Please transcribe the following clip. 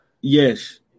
Yes